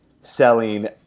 selling